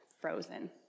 frozen